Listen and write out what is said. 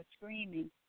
screaming